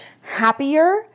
happier